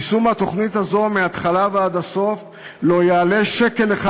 יישום התוכנית הזאת מההתחלה ועד הסוף לא יעלה שקל אחד